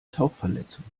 tauchverletzung